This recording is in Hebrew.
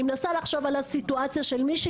אני מנסה לחשוב על סיטואציה של מישהי